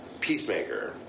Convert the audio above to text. peacemaker